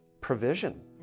provision